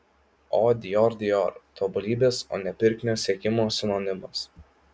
o dior dior tobulybės o ne pirkinio siekimo sinonimas